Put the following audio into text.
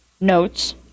notes